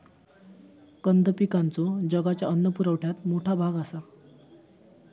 कंद पिकांचो जगाच्या अन्न पुरवठ्यात मोठा भाग आसा